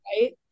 right